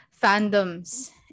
fandoms